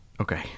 Okay